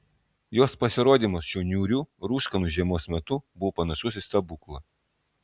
jos pasirodymas šiuo niūriu rūškanu žiemos metu buvo panašus į stebuklą